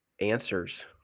answers